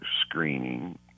screening